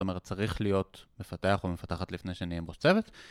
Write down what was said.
זאת אומרת, צריך להיות מפתח או מפתחת לפני שנהיים ראש צוות.